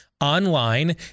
online